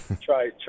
try